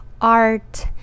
art